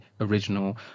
original